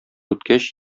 үткәч